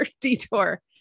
detour